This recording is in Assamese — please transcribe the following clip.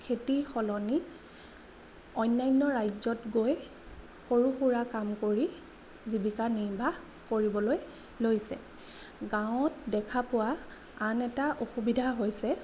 খেতিৰ সলনি অন্যান্য ৰাজ্যত গৈ সৰু সুৰা কাম কৰি জীৱিকা নিৰ্বাহ কৰিবলৈ লৈছে গাঁৱত দেখা পোৱা আন এটা অসুবিধা হৈছে